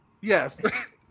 Yes